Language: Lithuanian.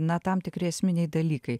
na tam tikri esminiai dalykai